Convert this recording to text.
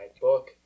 book